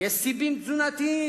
ויש סיבים תזונתיים.